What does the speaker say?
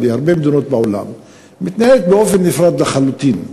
הסוציאלי בהרבה מדינות בעולם מתנהלת באופן נפרד לחלוטין.